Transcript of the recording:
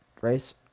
race